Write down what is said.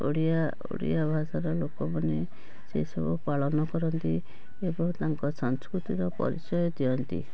ଓଡ଼ିଆ ଓଡ଼ିଆ ଭାଷାର ଲୋକମାନେ ସେସବୁ ପାଳନ କରନ୍ତି ଏବଂ ତାଙ୍କ ସାଂସ୍କୃତିକ ପରିଚୟ ଦିଅନ୍ତି